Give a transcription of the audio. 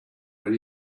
when